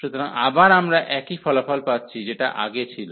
সুতরাং আবার আমরা একই ফলাফল পাচ্ছি যেটা আগে ছিল